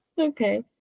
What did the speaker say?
Okay